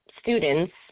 students